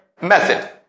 method